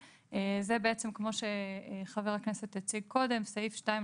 חבר הכנסת יוסף שיין,